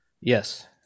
Yes